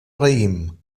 raïm